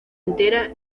entera